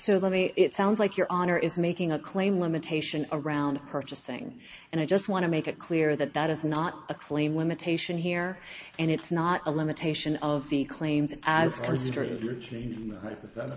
so let me it sounds like your honor is making a claim limitation around purchasing and i just want to make it clear that that is not the claim limitation here and it's not a limitation of the claims as